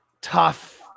tough